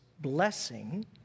blessing